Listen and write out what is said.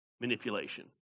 manipulation